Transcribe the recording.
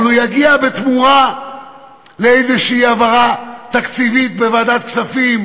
אבל הוא יגיע בתמורה להעברה תקציבית כלשהי בוועדת הכספים